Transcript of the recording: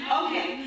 okay